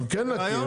אנחנו כן נקים,